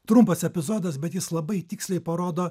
trumpas epizodas bet jis labai tiksliai parodo